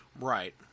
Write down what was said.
Right